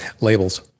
labels